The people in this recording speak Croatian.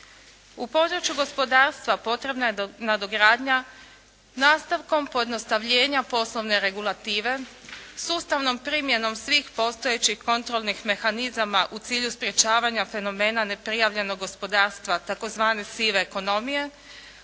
U području gospodarstva potrebna je nadogradnja nastavkom pojednostavljenja poslovne regulative, sustavnom primjenom svih postojećih kontrolnih mehanizama u cilju sprečavanja fenomena neprijavljenog gospodarstva tzv. sive ekonomije.